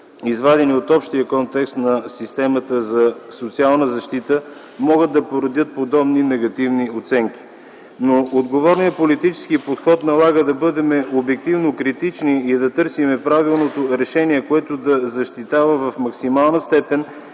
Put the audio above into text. извадени от общия контекст на системата за социална защита, могат да породят подобни негативни оценки. Отговорният политически подход налага да бъдем обективно критични и да търсим правилното решение, което да защитава в максимална степен